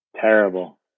Terrible